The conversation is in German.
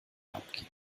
abgeben